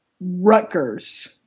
Rutgers